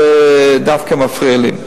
דווקא מפריע לי,